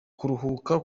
kuruhuka